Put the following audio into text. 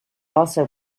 also